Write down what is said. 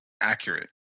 accurate